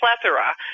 plethora